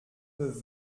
peuvent